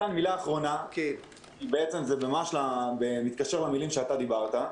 התוצאה היא שאנחנו מפסידים באופן ישיר הרבה כסף בעניין הזה,